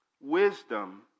Wisdom